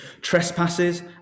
trespasses